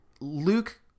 Luke